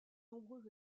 nombreux